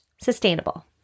sustainable